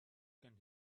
can